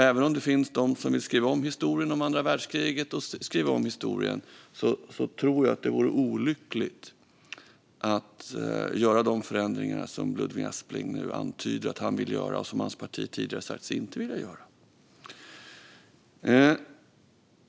Även om det finns de som vill skriva om historien om andra världskriget och historien tror jag att det vore olyckligt att göra de förändringar som Ludvig Aspling nu antyder att han vill göra och som hans parti tidigare sagt sig inte vilja göra.